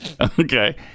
Okay